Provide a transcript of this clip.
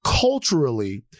culturally